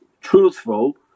truthful